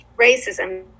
racism